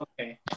Okay